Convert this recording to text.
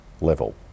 level